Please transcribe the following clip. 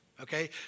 okay